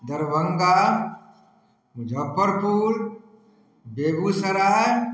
Darbhanga Muzaffarpur Begusarai